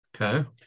Okay